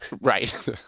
Right